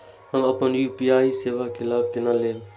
हम अपन यू.पी.आई सेवा के लाभ केना लैब?